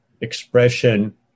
expression